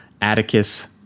Atticus